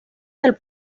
del